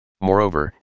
Moreover